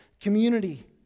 community